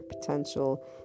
potential